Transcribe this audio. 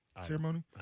ceremony